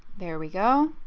there we go.